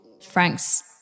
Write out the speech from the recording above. Frank's